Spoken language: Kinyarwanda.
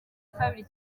kabiri